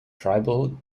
tribal